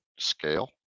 scale